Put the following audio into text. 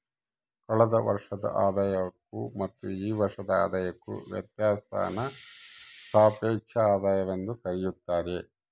ಕಳೆದ ವರ್ಷದ ಆದಾಯಕ್ಕೂ ಮತ್ತು ಈ ವರ್ಷದ ಆದಾಯಕ್ಕೂ ವ್ಯತ್ಯಾಸಾನ ಸಾಪೇಕ್ಷ ಆದಾಯವೆಂದು ಕರೆಯುತ್ತಾರೆ